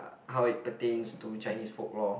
how it pertains to Chinese folklore